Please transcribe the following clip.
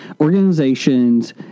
organizations